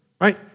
right